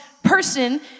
person